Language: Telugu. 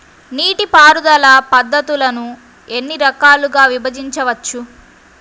నీటిపారుదల పద్ధతులను ఎన్ని రకాలుగా విభజించవచ్చు?